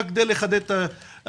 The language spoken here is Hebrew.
רק כדי לחדד את ה --- לא,